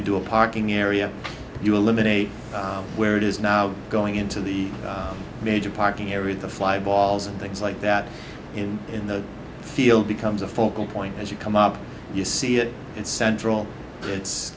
could do a parking area you eliminate where it is now going into the major parking area to fly balls and things like that in in the field becomes a focal point as you come up you see it in central